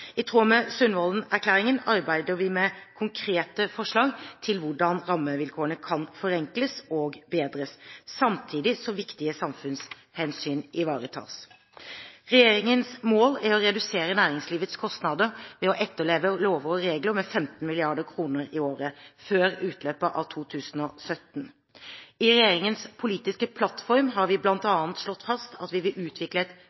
I tråd med Sundvolden-erklæringen arbeider vi med konkrete forslag til hvordan rammevilkårene kan forenkles og bedres, samtidig som viktige samfunnshensyn ivaretas. Regjeringens mål er å redusere næringslivets kostnader ved å etterleve lover og regler med 15 mrd. kr i året før utløpet av 2017. I regjeringens politiske plattform har vi